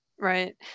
Right